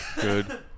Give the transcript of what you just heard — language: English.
Good